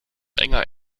enger